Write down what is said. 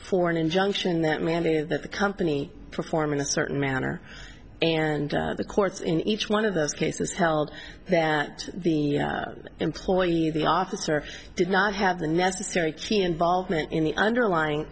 for an injunction that mandated that the company perform in a certain manner and the courts in each one of those cases held that the employee the officer did not have the necessary key involvement in the underlying